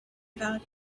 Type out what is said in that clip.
about